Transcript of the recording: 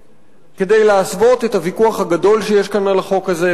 כדי להסוות את הוויכוח הגדול שיש כאן על החוק הזה,